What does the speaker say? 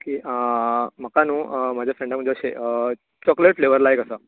okay आं म्हाका न्हू म्हाज्या फ्रॅन्डाक म्हणजे अशें चॉकलेट फ्लेवर लायक आसा